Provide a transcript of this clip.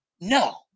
No